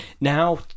now